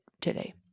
today